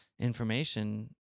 information